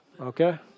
okay